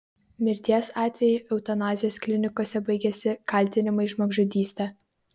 mirties atvejai eutanazijos klinikose baigiasi kaltinimais žmogžudyste